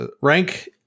Rank